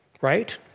right